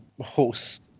horse